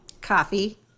Coffee